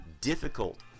difficult